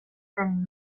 zen